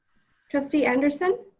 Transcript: trustee anderson.